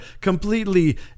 completely